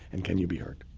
and can you be heard.